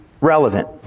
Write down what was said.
relevant